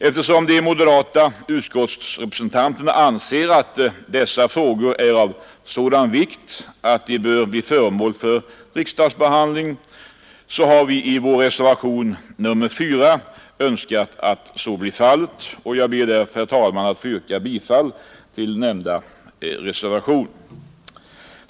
Eftersom de moderata utskottsrepresentanterna anser att dessa frågor är av sådan vikt att de bör bli föremål för riksdagsbehandling, har vi i reservation 4 önskat att så blev fallet, och jag ber därför, herr talman, att få yrka bifall till nämnda reservation i näringsutskottets betänkande nr 40.